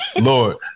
lord